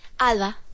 Alba